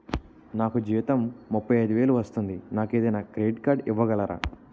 నాకు జీతం ముప్పై ఐదు వేలు వస్తుంది నాకు ఏదైనా క్రెడిట్ కార్డ్ ఇవ్వగలరా?